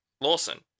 Lawson